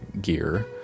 gear